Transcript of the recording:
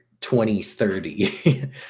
2030